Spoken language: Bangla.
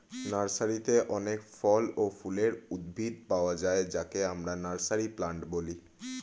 নার্সারিতে অনেক ফল ও ফুলের উদ্ভিদ পাওয়া যায় যাকে আমরা নার্সারি প্লান্ট বলি